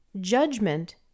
Judgment